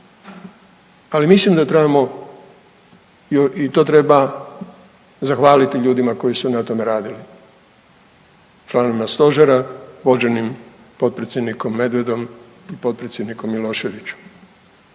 ali mislim da trebamo i to treba zahvaliti ljudima koji su na tome radili, članovima stožera vođenim potpredsjednikom Medvedom i potpredsjednikom Miloševićem.